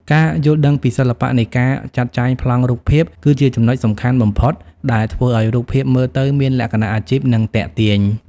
ការយល់ដឹងពីសិល្បៈនៃការចាត់ចែងប្លង់រូបភាព គឺជាចំណុចសំខាន់បំផុតដែលធ្វើឱ្យរូបភាពមើលទៅមានលក្ខណៈអាជីព និងទាក់ទាញ។